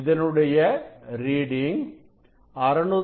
இதனுடைய ரீடிங் 665